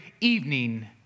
evening